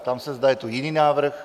Ptám se, zda je tu jiný návrh?